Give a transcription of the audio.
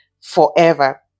forever